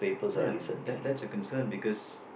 hmm that that's a concern because